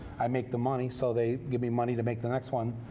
i make the money, so they give me money to make the next one.